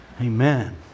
Amen